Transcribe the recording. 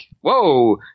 whoa